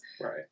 right